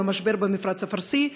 עם המשבר במפרץ הפרסי,